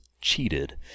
cheated